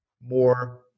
more